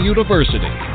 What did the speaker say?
University